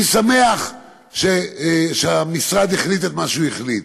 אני שמח שהמשרד החליט מה שהוא החליט,